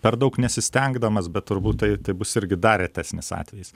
per daug nesistengdamas bet turbūt tai tai bus irgi dar retesnis atvejis